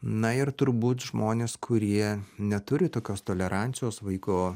na ir turbūt žmonės kurie neturi tokios tolerancijos vaiko